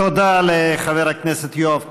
תודה לחבר הכנסת יואב קיש.